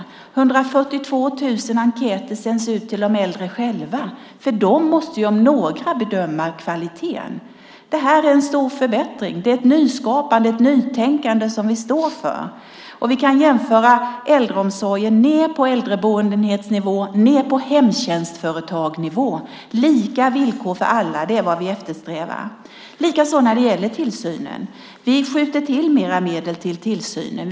142 000 enkäter sänds ut till de äldre själva, för de måste om några kunna bedöma kvaliteten. Det här är en stor förbättring. Det är ett nyskapande, ett nytänkande som vi står för. Vi kan jämföra äldreomsorgen ned på äldreboendeenhetsnivå, ned på hemtjänstföretagsnivå. Lika villkor för alla är vad vi eftersträvar. Vi skjuter till mer medel till tillsynen.